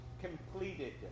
completed